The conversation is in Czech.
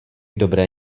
dobré